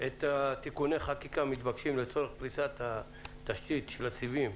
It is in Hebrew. את תיקוני החקיקה המתבקשים לצורך פריסת התשתית של הסיבים,